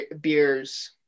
beers